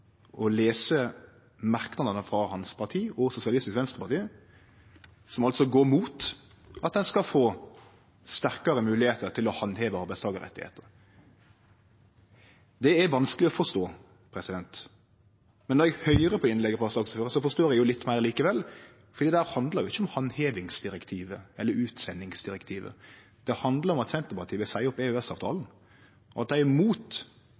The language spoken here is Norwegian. og lese merknadene frå hans parti og frå Sosialistisk Venstreparti – som altså går imot at ein skal få sterkare moglegheiter til å handheve arbeidstakarrettar. Det er vanskeleg å forstå. Men når eg høyrer på innlegget til saksordføraren, forstår eg litt meir likevel. Der handlar det ikkje om handhevingsdirektivet eller utsendingsdirektivet; det handlar om at Senterpartiet vil seie opp EØS-avtalen, at dei er